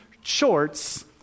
shorts